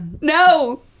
No